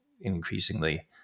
increasingly